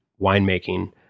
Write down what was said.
winemaking